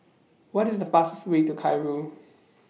What IS The fastest Way to Cairo